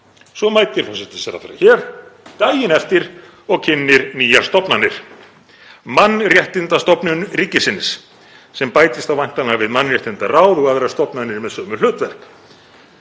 Svo mætir forsætisráðherra hér daginn eftir og kynnir nýjar stofnanir, Mannréttindastofnun ríkisins, sem bætist þá væntanlega við mannréttindaráð og aðrar stofnanir með sömu hlutverk.